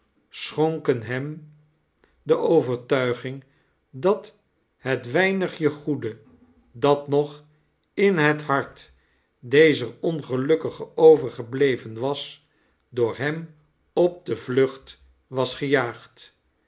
sohonken hem de overtuiging dat het weinigje goede dat nog in het hart dezr ongelukkige overgebleven was door hem op de vlucht was gejaagd